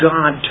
God